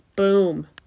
Boom